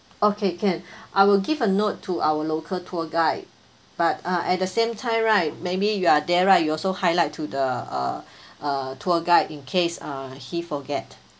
okay can I will give a note to our local tour guide but uh at the same time right maybe you are there right you also highlight to the uh uh tour guide in case uh he forget